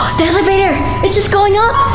the elevator, it's just going up!